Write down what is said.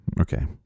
Okay